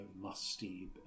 musty